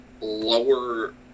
lower